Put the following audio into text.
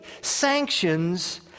sanctions